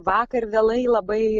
vakar vėlai labai